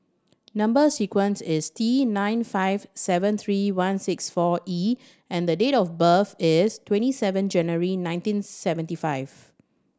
number sequence is T nine five seven three one six four E and the date of birth is twenty seven January nineteen seventy five